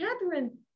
Catherine